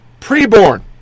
Preborn